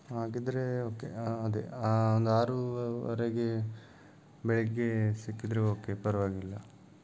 ಹಾಗಿದ್ದರೆ ಓಕೆ ಅದೇ ಒಂದು ಆರುವರೆಗೆ ಬೆಳಿಗ್ಗೆ ಸಿಕ್ಕಿದರೆ ಓಕೆ ಪರವಾಗಿಲ್ಲ